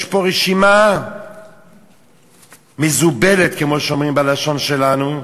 יש פה רשימה מזובלת, כמו שאומרים בלשון שלנו,